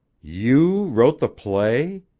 you wrote the play?